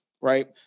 right